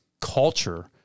culture